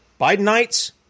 Bidenites